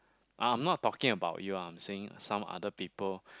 uh I'm not talking about you ah I'm saying some other people